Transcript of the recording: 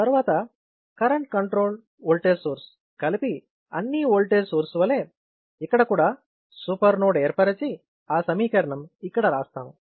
తరువాత current control voltage source కలిపి అన్నీ ఓల్టేజ్ సోర్స్ వలే ఇక్కడ కూడా సూపర్ నోడ్ ఏర్పరిచి ఆ సమీకరణం ఇక్కడ రాస్తాము